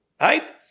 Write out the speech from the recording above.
right